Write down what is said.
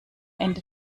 ende